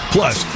Plus